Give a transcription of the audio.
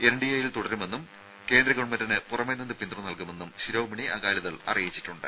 എൻഡിഎയിൽ തുടരുമെന്നും കേന്ദ്ര ഗവൺമെന്റിന് പുറമെ നിന്നും പിന്തുണ നൽകുമെന്നും ശിരോമണി അകാലിദൾ അറിയിച്ചിട്ടുണ്ട്